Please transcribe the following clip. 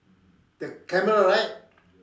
the camera right